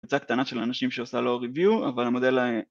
קבוצה קטנה של האנשים שעושה לו review אבל המודל ה...